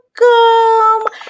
welcome